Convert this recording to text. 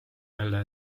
jälle